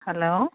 hello